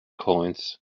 coins